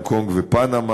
הונג-קונג ופנמה,